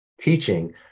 teaching